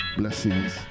blessings